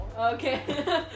Okay